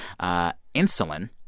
insulin